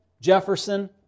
Jefferson